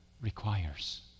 requires